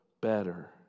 better